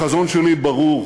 החזון שלי ברור: